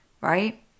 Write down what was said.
right